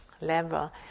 level